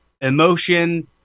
emotion